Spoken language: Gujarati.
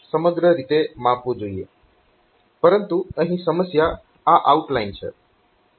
સમગ્ર રીતે માપવું જોઈએ પરંતુ અહીં સમસ્યા આ OUT લાઈન છે